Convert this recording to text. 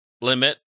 limit